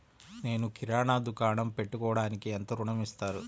నేను కిరాణా దుకాణం పెట్టుకోడానికి ఎంత ఋణం ఇస్తారు?